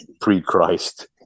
pre-Christ